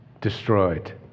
destroyed